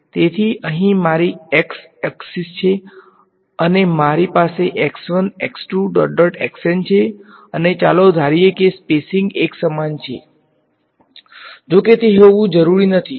તેથી આ અહીં મારી x અક્ષ છે અને મારી પાસે છે અને ચાલો ધારીએ કે સ્પેસીંગ એકસમાન છે જો કે તે હોવું જરૂરી નથી